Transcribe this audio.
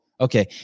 Okay